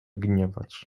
gniewać